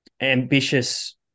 ambitious